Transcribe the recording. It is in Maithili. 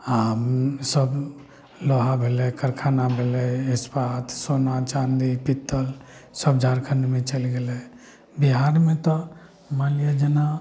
आओर सब लोहा भेलय करखाना भेलय इस्पात सोना चाँदी पीत्तल सब झारखण्डमे चलि गेलइ बिहारमे तऽ मानि लिअ जेना